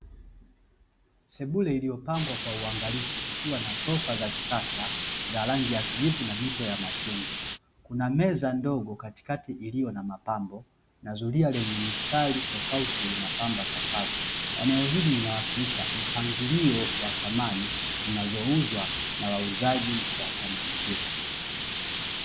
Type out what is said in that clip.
Sebule iliyopambwa kwa uwangalifu kukiwa na sofa za kisasa za rangi ya kijivu na mito ya machungwa, kuna meza ndogo katikati iliyo na mapambo na zulia lenye mistari tofauti linapamba sakafu eneo hili linawakilisha mpangilio wa samani zinazouzwa na wauzaji wa samani hizo.